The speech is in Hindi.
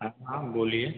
हाँ हाँ बोलिए